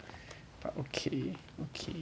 but okay okay